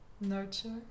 nurture